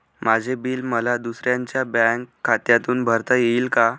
माझे बिल मला दुसऱ्यांच्या बँक खात्यातून भरता येईल का?